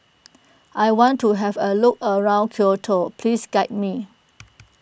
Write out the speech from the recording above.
I want to have a look around Quito please guide me